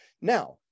Now